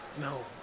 No